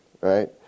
right